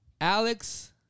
Alex